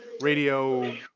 radio